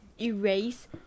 erase